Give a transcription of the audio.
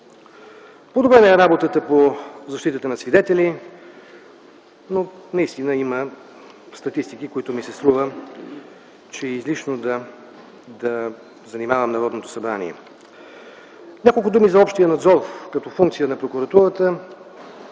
Подобрена е работата по защитата на свидетели, но има статистики, с които ми се струва, че е излишно да занимавам Народното събрание. Няколко думи за общия надзор като функция на прокуратурата.